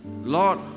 Lord